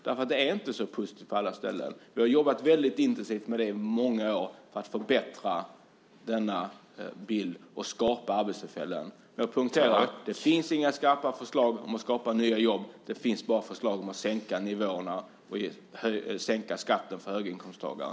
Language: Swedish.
Det är inte så positivt på alla ställen. Vi har jobbat väldigt intensivt i många år för att förbättra denna bild och skapa arbetstillfällen. Jag poängterar att det inte finns några skarpa förslag om att skapa nya jobb. Det finns bara förslag om att sänka nivåerna och sänka skatten för höginkomsttagare.